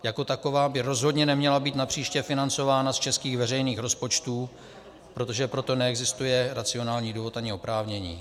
Jako taková by rozhodně neměla být napříště financována z českých veřejných rozpočtů, protože pro to neexistuje racionální důvod ani oprávnění.